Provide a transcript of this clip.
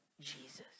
Jesus